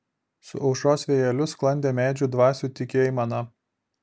su aušros vėjeliu sklandė medžių dvasių tyki aimana